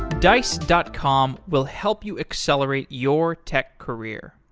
dice dot com will help you accelerate your tech career.